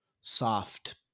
soft